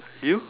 you